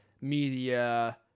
media